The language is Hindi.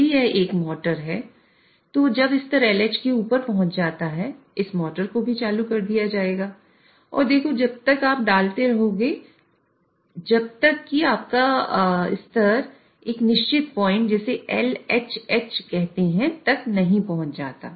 यदि यह एक मोटर है तो जब स्तर LH से ऊपर पहुंच जाता है इस मोटर को भी चालू कर दिया जाएगा और देखो तब तक डालते रहेंगे जब तक कि आपका स्तर एक निश्चित पॉइंट जिसे LHH कहते हैं तक नहीं पहुंच जाता